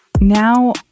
Now